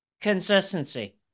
consistency